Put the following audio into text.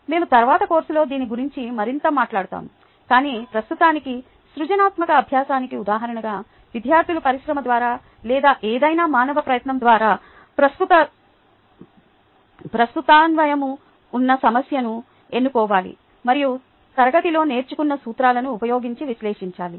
మేము తరువాత కోర్సులో దీని గురించి మరింత మాట్లాడుతాము కాని ప్రస్తుతానికి సృజనాత్మక అభ్యాసానికి ఉదాహరణగా విద్యార్థులు పరిశ్రమ ద్వారా లేదా ఏదైనా మానవ ప్రయత్నం ద్వారా ప్రస్తుతాన్వయము ఉన్న సమస్యను ఎన్నుకోవాలి మరియు తరగతిలో నేర్చుకున్న సూత్రాలను ఉపయోగించి విశ్లేషించాలి